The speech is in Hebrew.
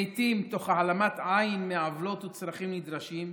לעיתים תוך העלמת עין מעוולות וצרכים נדרשים,